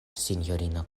sinjorino